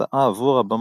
כהפתעה עבור הבמאי.